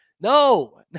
No